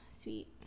sweet